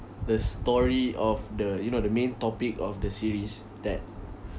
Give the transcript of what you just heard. the story of the you know the main topic of the series that